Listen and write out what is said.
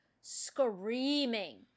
screaming